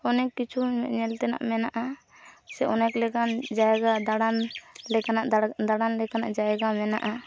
ᱚᱱᱮᱢ ᱠᱤᱪᱷᱩ ᱧᱮᱧᱮᱞ ᱛᱮᱱᱟᱜ ᱢᱮᱱᱟᱜᱼᱟ ᱥᱮ ᱚᱱᱮᱠ ᱞᱮᱠᱟᱱ ᱡᱟᱭᱜᱟ ᱫᱟᱬᱟᱱ ᱞᱮᱠᱟᱱᱟᱜ ᱫᱟᱢᱟᱱ ᱞᱮᱠᱟᱱᱟᱜ ᱡᱟᱭᱜᱟ ᱢᱮᱱᱟᱜᱼᱟ